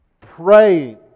praying